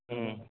ம்